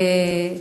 גם אותי.